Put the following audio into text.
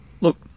Look